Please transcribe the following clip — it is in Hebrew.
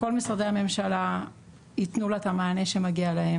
כל משרדי הממשלה יתנו לה את המענה שמגיע להם.